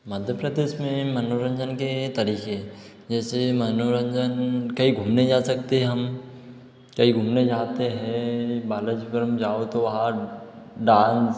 मध्य प्रदेश में मनोरंजन के तरीक़े जैसे मनोरंजन कहीं घूमने जा सकते हैं हम कहीं घूमने जाते हैं बालाजीपुरम जाओ तो वहाँ डांस